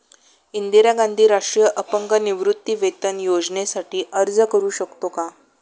इंदिरा गांधी राष्ट्रीय अपंग निवृत्तीवेतन योजनेसाठी अर्ज करू शकतो का?